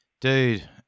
Dude